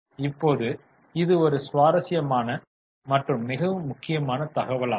இப்போது இது ஒரு சுவாரஸ்யமான மற்றும் மிகவும் முக்கியமான தகவலாகும்